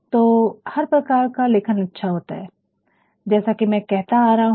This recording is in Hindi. तो हर प्रकार का लेखन अच्छा होता है जैसा कि मैं कहता आ रहा हूं